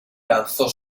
lanzó